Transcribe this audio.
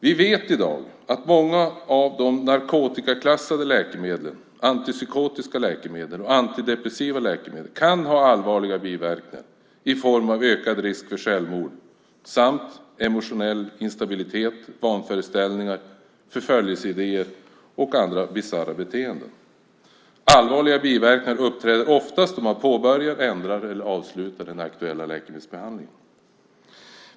Vi vet i dag att många av de narkotikaklassade läkemedlen, antipsykotiska läkemedel och antidepressiva läkemedel kan ha allvarliga biverkningar i form av ökad risk för självmord samt emotionell instabilitet, vanföreställningar, förföljelseidéer och andra bisarra beteenden. Allvarliga biverkningar uppträder oftast då man påbörjar, ändrar eller avslutar den aktuella läkemedelsbehandlingen.